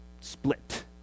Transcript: split